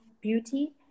beauty